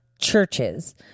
churches